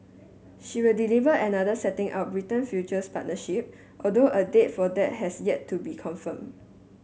she will deliver another setting out Britain's future partnership although a date for that has yet to be confirmed